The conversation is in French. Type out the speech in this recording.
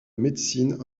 médecine